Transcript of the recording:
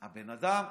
הבן אדם,